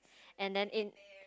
and then in